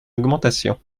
augmentation